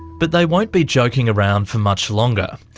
but they won't be joking around for much longer.